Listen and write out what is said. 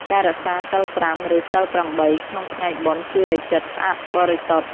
ការរក្សាសីលប្រាំ ឬសីលប្រាំបីក្នុងថ្ងៃបុណ្យ ជួយឱ្យចិត្តស្អាតបរិសុទ្ធ។